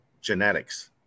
genetics